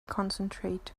concentrate